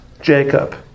Jacob